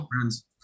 friends